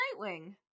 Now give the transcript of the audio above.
nightwing